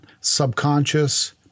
subconscious